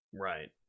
Right